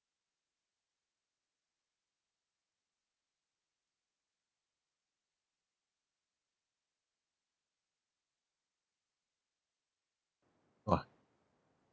!wah!